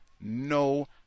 no